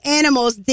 animals